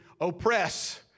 oppress